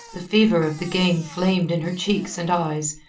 the fever of the game flamed in her cheeks and eyes,